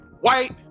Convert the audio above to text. white